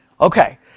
Okay